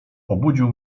obudził